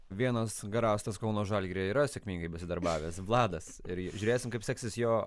vienas garastas kauno žalgiryje yra sėkmingai besidarbavęs vladas ir žiūrėsim kaip seksis jo